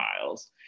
miles